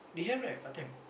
they have right part-time